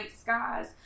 skies